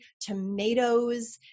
tomatoes